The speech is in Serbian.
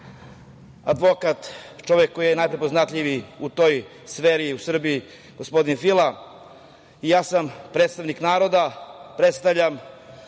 advokat, čovek koji je najprepoznatljiviji u toj sferi u Srbiji, gospodin Fila, ja sam predstavnik naroda, predstavljam